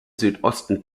südosten